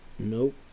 Nope